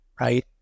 Right